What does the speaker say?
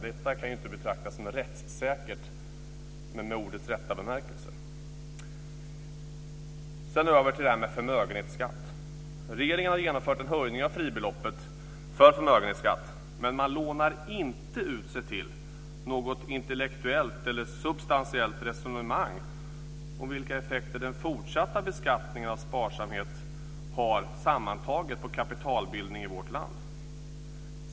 Detta kan inte betraktas som rättssäkert i ordets rätta bemärkelse. Sedan över till förmögenhetsskatt. Regeringen har genomfört en höjning av fribeloppet för förmögenhetsskatt. Men man lånar inte ut sig till något intellektuellt eller substantiellt resonemang om vilka effekter den fortsatta beskattningen av sparsamhet har sammantaget på kapitalbildning i vårt land.